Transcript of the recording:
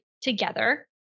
together